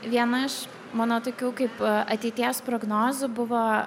viena iš mano tokių kaip ateities prognozių buvo